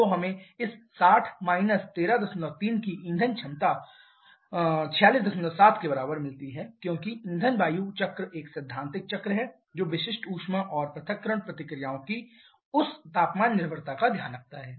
तो हमें इस 60 133 की ईंधन दक्षता 467 के बराबर मिलती है क्योंकि ईंधन वायु चक्र एक सैद्धांतिक चक्र है जो विशिष्ट ऊष्मा और पृथक्करण प्रतिक्रियाओं की उस तापमान निर्भरता का ध्यान रखता है